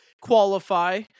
qualify